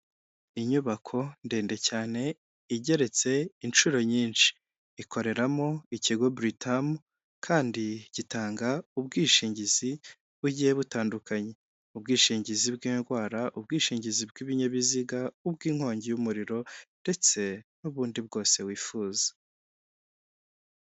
Inyubako ndende cyane igeretse inshuro nyinshi, ikoreramo ikigo Buritamu kandi gitanga ubwishingizi bugiye butandukanye, ubwishingizi bw'indwara, ubwishingizi bw'ibinyabiziga, ubw'inkongi y'umuriro ndetse n'ubundi bwose wifuza.